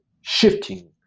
shifting